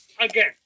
again